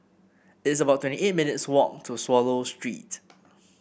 it's about twenty eight minutes' walk to Swallow Street